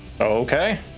Okay